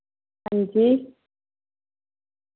हांजी